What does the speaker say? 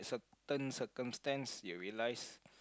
circumstance you realise